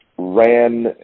ran